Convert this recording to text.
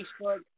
Facebook